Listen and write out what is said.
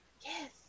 Yes